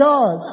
God